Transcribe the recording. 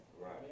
Right